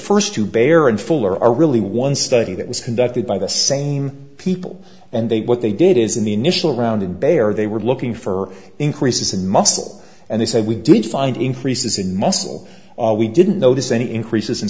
first to bear and fuller are really one study that was conducted by the same people and they what they did is in the initial round in bayer they were looking for increases in muscle and they said we did find increases in muscle we didn't notice any increases in